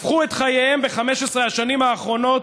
הפכו את חייהם ב-15 השנים האחרונות,